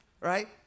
Right